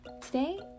Today